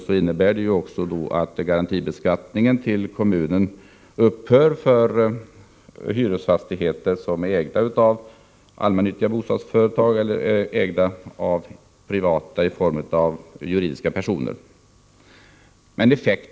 Det innebär att garantibeskattningen till kommunen upphör för hyresfastigheter som ägs av allmän nyttiga bostadsföretag eller är privatägda, av juridiska personer.